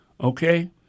Okay